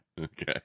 Okay